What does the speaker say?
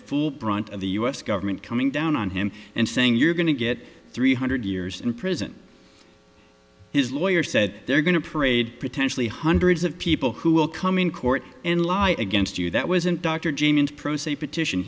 full brunt of the u s government coming down on him and saying you're going to get three hundred years in prison his lawyer said they're going to parade potentially hundreds of people who will come in court and lie against you that wasn't dr james petition